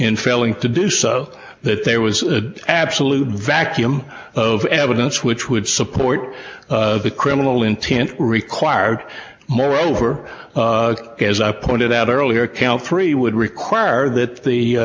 in failing to do so that there was absolute vacuum of evidence which would support the criminal intent required moreover as i pointed out earlier count three would require that the